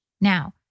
Now